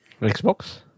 Xbox